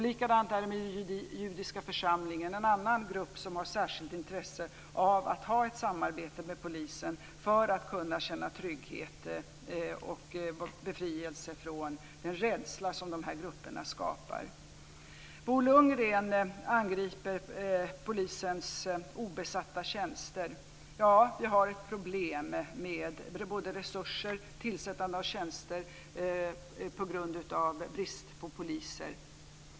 Likadant är det med den judiska församlingen - en annan grupp som har särskilt intresse av att ha ett samarbete med polisen för att kunna känna trygghet och befrielse från den rädsla som de här grupperna skapar. Bo Lundgren angriper polisens obesatta tjänster. Ja, vi har problem med både resurser och tillsättande av tjänster på grund av brist på poliser.